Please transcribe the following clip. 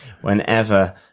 whenever